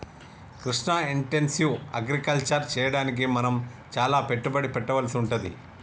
Krishna intensive agriculture చెయ్యడానికి మనం చాల పెట్టుబడి పెట్టవలసి వుంటది